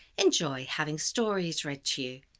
enjoy having stories read to you,